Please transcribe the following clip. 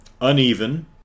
uneven